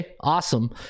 awesome